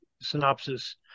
synopsis